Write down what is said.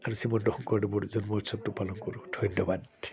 আৰু শ্ৰীমন্ত শংকৰদেৱৰ জন্ম উৎসৱটো পালন কৰোঁ ধন্যবাদ